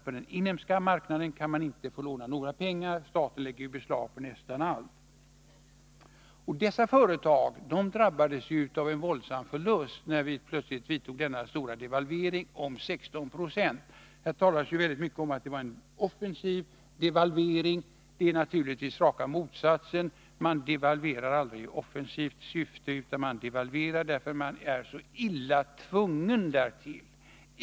På den inhemska marknaden kan man inte låna några pengar, eftersom staten lägger beslag på nästan allt. Dessa företag drabbades av en våldsam förlust, när vi plötsligt vidtog denna stora devalvering på 16 4. Det har talats mycket om att det var en offensiv devalvering. Den var naturligtvis raka motsatsen. Man devalverar aldrig i offensivt syfte utan därför att man är så illa tvungen därtill.